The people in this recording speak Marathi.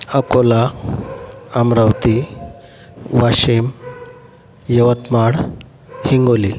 अकोला अमरावती वाशीम यवतमाळ हिंगोली